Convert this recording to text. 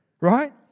right